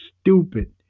stupid